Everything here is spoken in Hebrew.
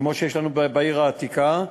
שיש לנו בעיר העתיקה,